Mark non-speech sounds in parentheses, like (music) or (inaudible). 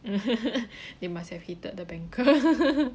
(laughs) (breath) they must have hated the banker (laughs)